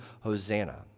hosanna